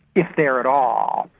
if there at all.